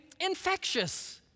infectious